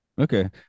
Okay